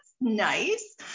Nice